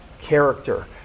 character